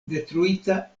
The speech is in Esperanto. detruita